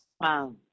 Wow